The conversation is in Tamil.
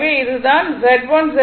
எனவே இது தான் Z1 Z2 Z3